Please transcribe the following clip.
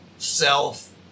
self